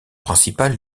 principale